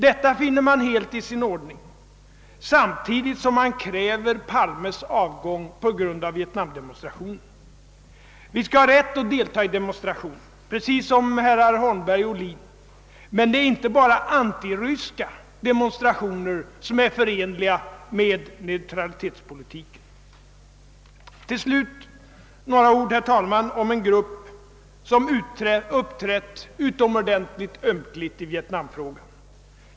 Detta finner man helt i sin ordning samtidigt som man kräver herr Palmes avgång på grund av vietnamdemonstrationen. Vi skall ha rätt att delta i demonstrationer precis som herrar Holmberg och Ohlin. Det är emellertid inte bara antiryska demonstrationer som är förenliga med neutralitetspolitiken. Herr talman! Till slut några ord om en grupp som uppträtt utomordentligt ömkligt i vietnamfrågan.